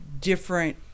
different